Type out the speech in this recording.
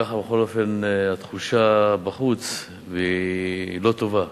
ככה בכל אופן התחושה בחוץ, והיא לא טובה,